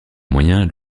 moyens